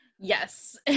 Yes